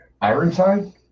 Ironside